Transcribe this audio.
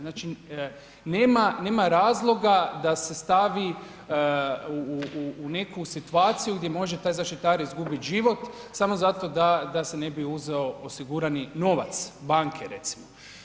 Znači nema, nema razloga da se stavi u neku situaciju gdje može taj zaštitar izgubiti život samo zato da se ne bi uzeo osigurani novac, banke recimo.